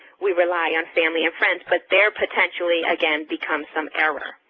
we rely on family and friends, but their potentially again becomes some error.